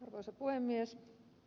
arvoisa puhemies